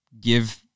give